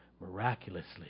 miraculously